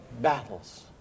battles